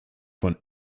von